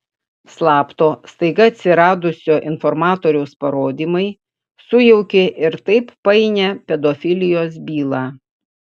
slapto staiga atsiradusio informatoriaus parodymai sujaukė ir taip painią pedofilijos bylą